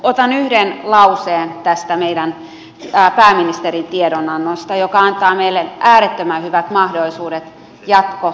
otan yhden lauseen tästä meidän pääministerin tiedonannosta joka antaa meille äärettömän hyvät mahdollisuudet jatkokehittämiselle